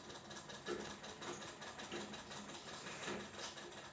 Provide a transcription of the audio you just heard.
सांस्कृतिक उद्योजकतेमध्ये, व्यावसायिक कुठल्या न कुठल्या मार्गाने त्यांची संस्कृती उद्योगाशी जोडतात